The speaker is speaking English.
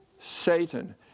Satan